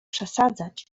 przesadzać